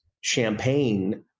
champagne